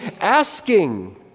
asking